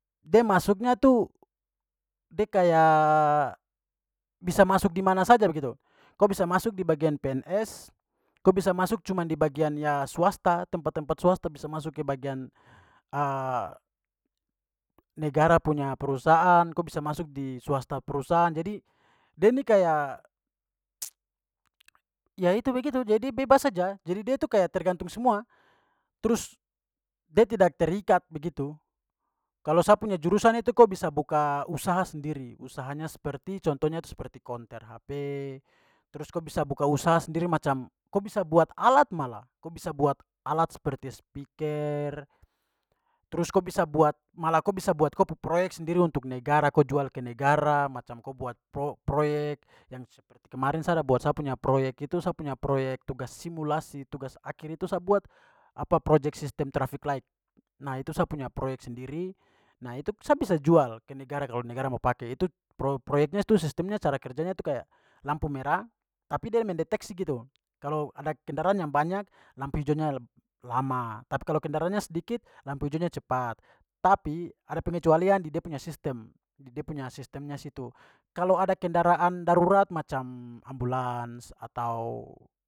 De masuknya tu de kayak bisa masuk dimana saja begitu. Ko bisa masuk di bagian pns, ko bisa masuk cuman di bagian ya swasta- tempat-tempat swasta, bisa masuk ke bagian negara punya perusahaan, ko bisa masuk di swasta perusahaan. Jadi de ni kayak ya itu begitu, jadi bebas saja. Jadi de tu kayak tergantung semua. Trus da tidak terikat begitu. Kalau sa punya jurusan itu ko bisa buka usaha sendiri. Usahanya seperti contohnya tu seperti counter hp, trus ko bisa buka usaha sendiri macam ko bisa buat alat malah, ko bisa buat alat seperti spiker, trus ko bisa buat malah ko bisa buat ko pu proyek sendiri untuk negara, ko jual ke negara, macam ko buat po-proyek yang seperti kemarin sa ada buat sa punya proyek itu sa punya proyek tugas simulasi, tugas akhir itu sa buat project sistem traffic light. Nah, itu sa punya proyek sendiri. Nah, itu sa bisa jual ke negara kalo negara mo pake. Itu pro-proyeknya tu sistemnya cara kerjanya tu kayak lampu merah tapi dia mendeteksi gitu. Kalau ada kendaraan yang banyak lampu hijaunya lebih lama, tapi kalau kendaraannya sedikit lampu hijaunya cepat. Tapi ada pengecualian di da punya sistem- di da punya sistemnya situ. Kalo ada kendaraan darurat macam ambulans atau.